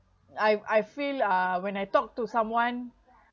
I I feel uh when I talk to someone